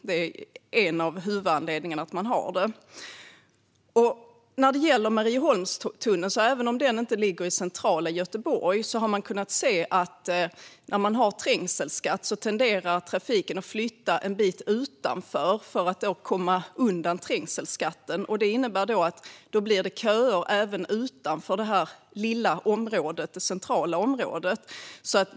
Det är en av huvudanledningarna till att man har det. Även om Marieholmstunneln inte ligger i centrala Göteborg har man kunnat se att trängselskatten gör att trafiken tenderar att flytta en bit utanför, för att komma undan trängselskatten. Det innebär att det blir köer också utanför det lilla centrala området.